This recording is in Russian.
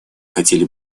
хотели